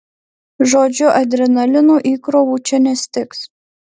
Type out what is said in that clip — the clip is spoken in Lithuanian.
žodžiu adrenalino įkrovų čia nestigs